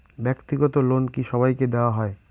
ব্যাক্তিগত লোন কি সবাইকে দেওয়া হয়?